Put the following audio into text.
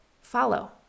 follow